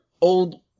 old